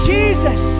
Jesus